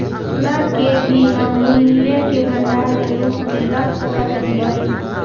सोना के भी हम मूल्य के भंडार के रूप में रख सकत हियई